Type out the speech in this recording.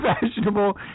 fashionable